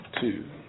two